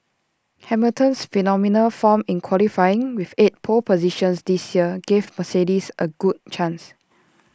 Hamilton's phenomenal form in qualifying with eight pole positions this year gives Mercedes A good chance